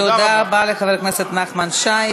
תודה לחבר הכנסת נחמן שי.